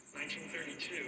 1932